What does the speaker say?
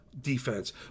defense